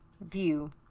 view